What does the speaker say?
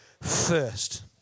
first